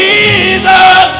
Jesus